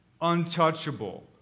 untouchable